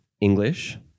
English